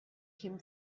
come